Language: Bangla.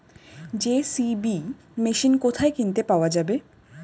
জে.সি.বি মেশিন কোথায় কিনতে পাওয়া যাবে?